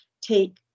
take